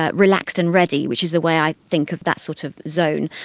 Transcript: ah relaxed and ready, which is the way i think of that sort of zone,